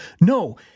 No